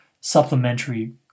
supplementary